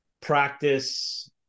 practice